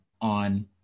on